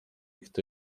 kto